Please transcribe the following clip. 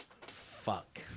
Fuck